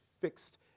fixed